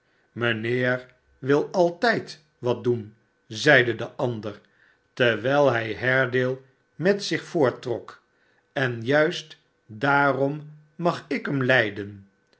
smijnheer wil altijd wat doen zeide de ander terwijl hij haredale metzich voorttrok en juist daarom mag ik hem lijden